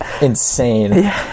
insane